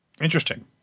interesting